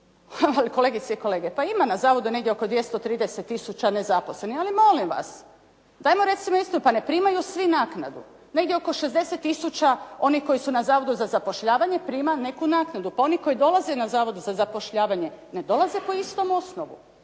Ali kolegice i kolege, pa ima na Zavodu negdje oko 230000 nezaposlenih. Ali molim vas, dajmo recimo istinu. Pa ne primaju svi naknadu. Negdje oko 60000 onih koji su na Zavodu za zapošljavanje prima neku naknadu, pa oni koji dolaze na Zavod za zapošljavanje ne dolaze po istom osnovu,